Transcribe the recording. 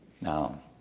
Now